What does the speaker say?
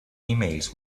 emails